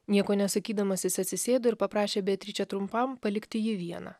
nieko nesakydamas jis atsisėdo ir paprašė beatričę trumpam palikti jį vieną